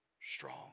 strong